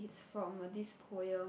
it's from uh this poem